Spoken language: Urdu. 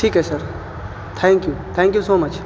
ٹھیک ہے sir thank you thank you so much